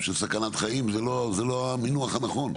של סכנת חיים, זה לא המינוח הנכון.